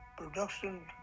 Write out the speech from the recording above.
production